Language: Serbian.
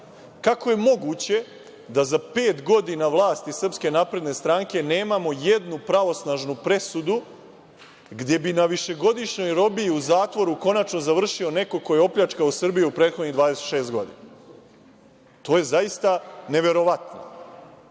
Kako je moguće da za pet godina vlasti SNS nemamo jednu pravosnažnu presudu gde bi na višegodišnjoj robi u zatvoru konačno završio neko ko je opljačkao Srbiju u prethodnih 26 godina? To je zaista neverovatno,